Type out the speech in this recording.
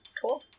Cool